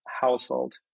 household